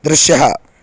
दृश्यः